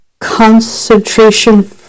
concentration